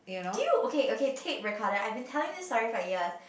dude okay okay take recorder I had been telling this story for years